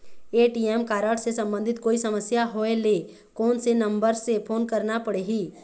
ATM card से संबंधित कोई समस्या होय ले, कोन से नंबर से फोन करना पढ़ही?